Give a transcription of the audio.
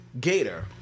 Gator